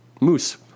moose